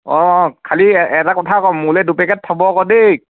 অ অ খালী এটা কথা আকৌ মোলৈ দুপেকেট থ'ব আকৌ দেই